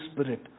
Spirit